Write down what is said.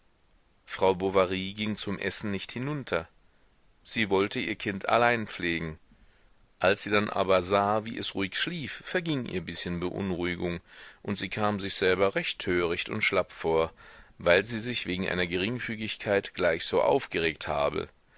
frau bovary ging zum essen nicht hinunter sie wollte ihr kind allein pflegen als sie dann aber sah wie es ruhig schlief verging ihr bißchen beunruhigung und sie kam sich selber recht töricht und schlapp vor weil sie sich wegen einer geringfügigkeit gleich so aufgeregt habe